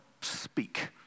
speak